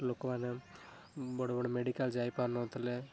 ଲୋକମାନେ ବଡ଼ ବଡ଼ ମେଡ଼ିକାଲ୍ ଯାଇପାରୁନଥିଲେ